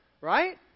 Right